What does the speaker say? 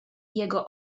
jego